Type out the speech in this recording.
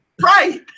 Right